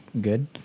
good